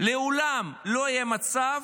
לעולם לא יהיה מצב